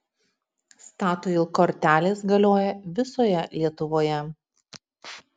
statoil kortelės galioja visoje lietuvoje